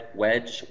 wedge